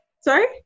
Sorry